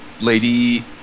lady